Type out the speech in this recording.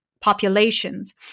populations